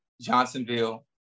Johnsonville